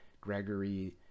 Gregory